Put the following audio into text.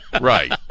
right